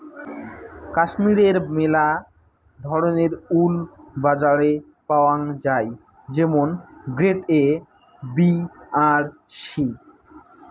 কাশ্মীরের মেলা ধরণের উল বাজারে পাওয়াঙ যাই যেমন গ্রেড এ, বি আর সি